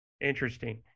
Interesting